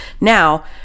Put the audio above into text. Now